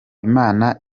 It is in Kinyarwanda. imana